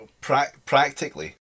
Practically